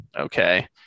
Okay